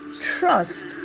trust